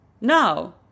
No